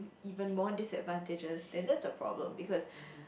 even more disadvantages then that's a problem because